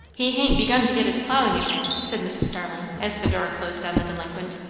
he hain't begun to get his ploughing ahead, said mrs. starling, as the door closed on the delinquent.